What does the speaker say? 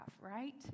right